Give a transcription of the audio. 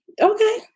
Okay